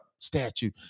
Statue